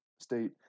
State